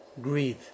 greed